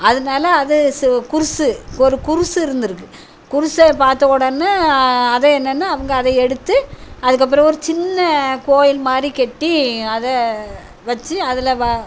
அதனால அது சு குர்ஸு ஒரு குர்ஸு இருந்திருக்கு குர்ஸை பார்த்த உடனே அது என்னென்னா அவங்க அதை எடுத்து அதுக்கப்புறம் ஒரு சின்ன கோயில் மாதிரி கட்டி அதை வச்சு அதில் வ